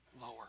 lower